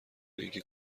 اینکه